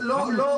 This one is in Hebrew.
לא, לא.